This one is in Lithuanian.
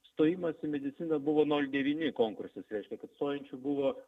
stojimas į mediciną buvo nol devyni konkursas reiškia kad stojančių buvo